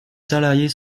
salariés